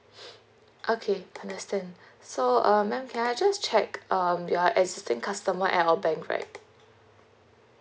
okay understand so uh ma'am can I just check um you are existing customer at our bank right